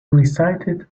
recited